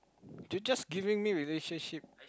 do you just giving me relationship